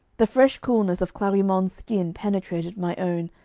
the fresh coolness of clarimonde's skin penetrated my own,